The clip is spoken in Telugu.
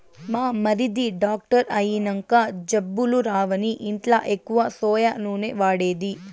మా మరిది డాక్టర్ అయినంక జబ్బులు రావని ఇంట్ల ఎక్కువ సోయా నూనె వాడేది